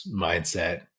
mindset